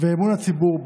ואת אמון הציבור בה: